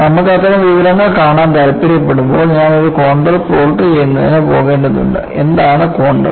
നമുക്ക് അത്തരം വിവരങ്ങൾ കാണാൻ താൽപ്പര്യപ്പെടുമ്പോൾ ഞാൻ ഒരു കോൺണ്ടർ പ്ലോട്ട് ചെയ്യുന്നതിന് പോകേണ്ടതുണ്ട് എന്താണ് കോൺണ്ടർ